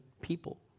people